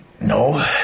No